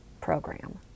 program